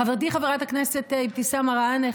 חברתי חברת הכנסת אבתיסאם מראענה,